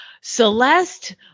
Celeste